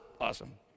awesome